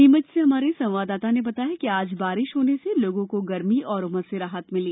नीमच से हमारे संवाददाता ने बताया कि आज बारिश होने से लोगों को गरमी और उमस से राहत मिली